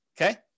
okay